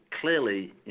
clearly